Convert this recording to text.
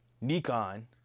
Nikon